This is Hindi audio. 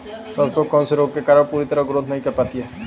सरसों कौन से रोग के कारण पूरी तरह ग्रोथ नहीं कर पाती है?